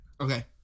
Okay